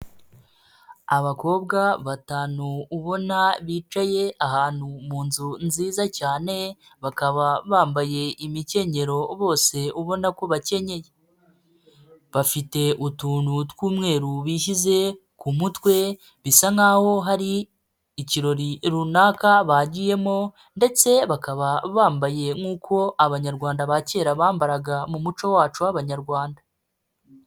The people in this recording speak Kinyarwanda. Abakobwa batanu ubona bicaye ahantu mu nzu nziza cyane, bakaba bambaye imikenyero, bose ubona ko bakennye, bafite utuntu tw'umweru bishyize ku mutwe, bisa nk'aho hari ikirori runaka bagiyemo ndetse bakaba bambaye nk'uko Abanyarwanda ba kera bambaraga, mu muco wacu w'Abanyarwanda.